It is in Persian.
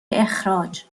اخراج